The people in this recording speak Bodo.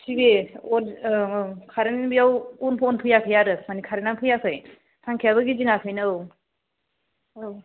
टिभि अन औ औ कारेन्ट बेयाव अन फैयाखै आरो माने कारेन्टनानो फैयाखै फांखायाबो गिदिङाखैनो औ औ